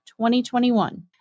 2021